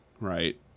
right